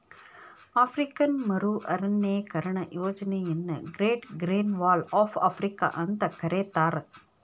African ಮರು ಅರಣ್ಯೇಕರಣ ಯೋಜನೆಯನ್ನ great green wall of Africa ಅಂತ ಕರೇತಾರ